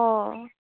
অ